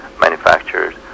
manufacturers